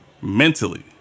mentally